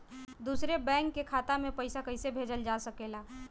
दूसरे बैंक के खाता में पइसा कइसे भेजल जा सके ला?